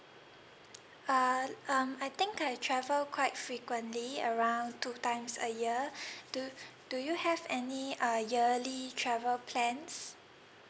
uh um I think I travel quite frequently around two times a year do do you have any uh yearly travel plans